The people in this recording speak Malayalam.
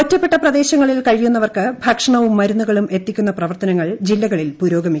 ഒറ്റപ്പെട്ട പ്രദേശങ്ങളിൽ കഴിയുന്നവർക്ക് ഭക്ഷണവും മരുന്നുകളൂം എത്തിക്കുന്ന പ്രവർത്തനങ്ങൾ ജില്ലകളിൽ പുരോഗമിക്കുന്നു